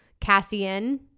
Cassian